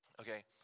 Okay